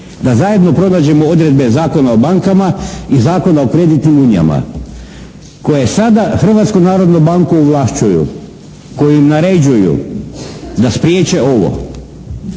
da zajedno pronađemo odredbe Zakona o bankama i Zakona o kreditnim unijama koje sada Hrvatsku narodnu banku ovlašćuju, kojim naređuju da spriječe ovo.